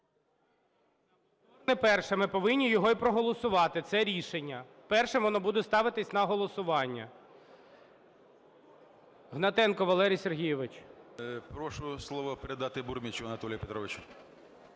ми повинні його і проголосувати, це рішення. Першим воно буде ставитись на голосування. Гнатенко Валерій Сергійович. 12:49:49 ГНАТЕНКО В.С. Прошу слово передати Бурмічу Анатолію Петровичу.